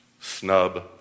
snub